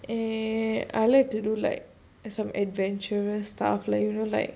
eh I like to do like as of adventurous stuff like you know like